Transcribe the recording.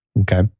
Okay